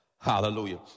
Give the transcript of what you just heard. Hallelujah